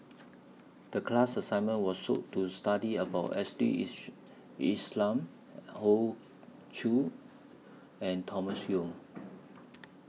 The class assignment to study about Islam Hoey Choo and Thomas Yeo